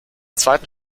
zweiten